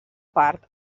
part